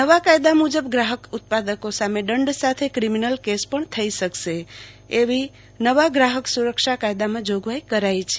નવા કાયદા મુજબ ગ્રાહક ઉત્પાદકો સામે દંડ સાથે ક્રિમીનલ કેસ પણ થઇ શકશે એવી નવા ગ્રાહક સુરક્ષા કાયદામાં જોગવાઈ કરાઈ છે